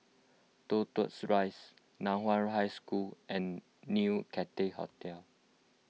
Toh Tuck Rise Nan Hua High School and New Cathay Hotel